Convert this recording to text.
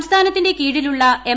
സംസ്ഥാനത്തിന്റെ കീഴിലുള്ള എം